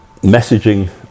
messaging